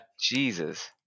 Jesus